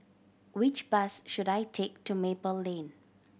which bus should I take to Maple Lane